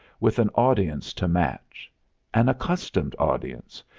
with an audience to match an accustomed audience,